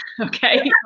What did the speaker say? okay